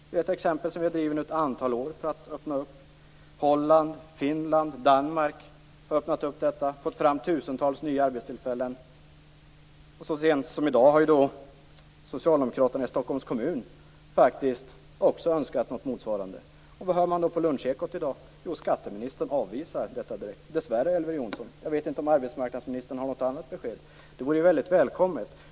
Vi har under ett antal år drivit den frågan för att öppna den sektorn. Holland, Finland och Danmark har öppnat den sektorn och fått fram tusentals nya arbetstillfällen. Och så sent som i dag har socialdemokraterna i Stockholms kommun faktiskt också önskat något motsvarande. Men på Lunchekot i dag kunde man direkt höra skatteministern avvisa detta förslag - dessvärre Elver Jonsson. Jag vet inte om arbetsmarknadsministern har något annat besked. Det vore ju väldigt välkommet.